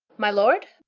my lord?